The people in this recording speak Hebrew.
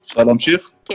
תודה.